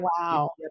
Wow